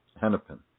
hennepin